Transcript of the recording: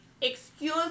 Excuse